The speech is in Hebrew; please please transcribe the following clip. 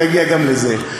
אני אגיע גם לזה.